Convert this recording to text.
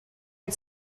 had